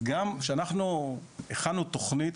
כאשר אנחנו הכנו תכנית,